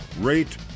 rate